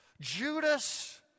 Judas